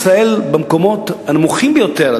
ישראל במקומות הנמוכים ביותר,